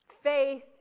faith